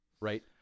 right